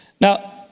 Now